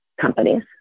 companies